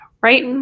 right